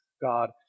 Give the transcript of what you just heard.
God